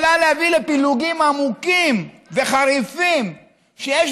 יכולה להביא לפילוגים עמוקים וחריפים שיש